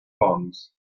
bonds